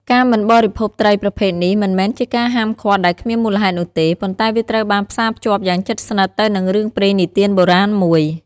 ការមិនបរិភោគត្រីប្រភេទនេះមិនមែនជាការហាមឃាត់ដែលគ្មានមូលហេតុនោះទេ ប៉ុន្តែវាត្រូវបានផ្សារភ្ជាប់យ៉ាងជិតស្និទ្ធទៅនឹងរឿងព្រេងនិទានបុរាណមួយ។